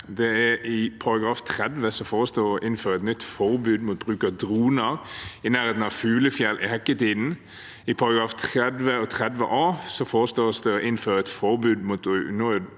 I § 30 foreslås det å innføre et nytt forbud mot bruk av droner i nærheten av fuglefjell i hekketiden. I §§ 30 og 30 a foreslås det å innføre et forbud mot unødig